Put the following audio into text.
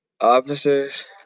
Officers